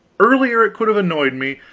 earlier it could have annoyed me,